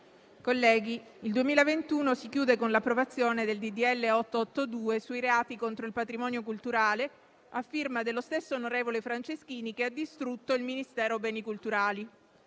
colleghi, il 2021 si chiude con l'approvazione del disegno di legge n. 882 sui reati contro il patrimonio culturale, a firma dello stesso onorevole Franceschini che ha distrutto il Ministero per i beni culturali.